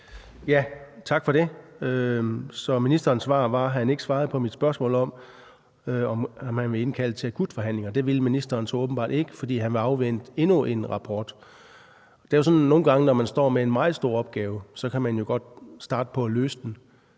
Tak for det. Så ministerens svar var, at han ikke svarede på mit spørgsmål om, om man vil indkalde til akutforhandlinger. Det vil ministeren så åbenbart ikke, fordi han vil afvente endnu en rapport. Det er jo sådan nogle gange, når man står med en meget stor opgave, at man godt kan starte på at løse den,